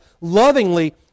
lovingly